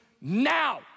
now